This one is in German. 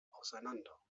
auseinander